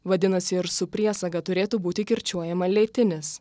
vadinasi ir su priesaga turėtų būti kirčiuojama lėtinis